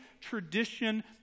tradition